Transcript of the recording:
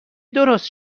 درست